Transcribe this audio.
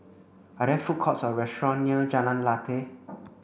are there food courts or restaurant near Jalan Lateh